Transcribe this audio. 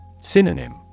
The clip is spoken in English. Synonym